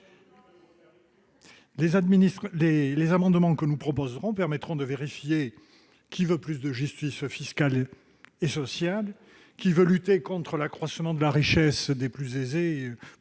Les amendements que nous proposerons permettront de vérifier qui veut davantage de justice fiscale et sociale, qui veut lutter contre l'accroissement de la richesse des plus aisés